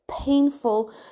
painful